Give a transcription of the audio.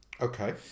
Okay